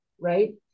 right